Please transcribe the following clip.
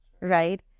right